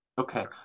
Okay